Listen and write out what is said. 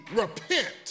repent